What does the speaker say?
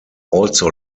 also